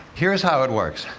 here's how it works.